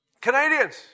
Canadians